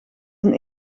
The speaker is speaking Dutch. een